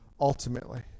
ultimately